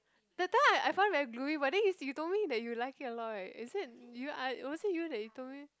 that time I I find it very gluey but then s~ you told me that you like it a lot right is it you I was it you that you told me